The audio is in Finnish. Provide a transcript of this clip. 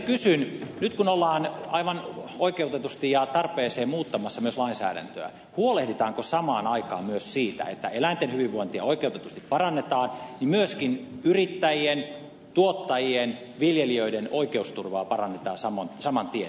kysyn että nyt kun ollaan aivan oikeutetusti ja tarpeeseen muuttamassa myös lainsäädäntöä huolehditaanko samaan aikaan myös siitä että kun eläinten hyvinvointia oikeutetusti parannetaan niin myöskin yrittäjien tuottajien viljelijöiden oikeusturvaa parannetaan saman tien